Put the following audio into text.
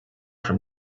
from